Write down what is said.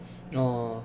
oh